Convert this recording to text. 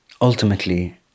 ultimately